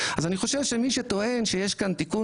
אז אני חושב שמי שטוען שיש כאן תיקון